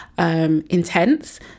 Intense